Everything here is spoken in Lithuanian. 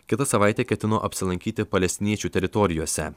kitą savaitę ketino apsilankyti palestiniečių teritorijose